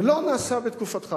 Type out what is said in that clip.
זה לא נעשה בתקופתך.